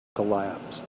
collapsed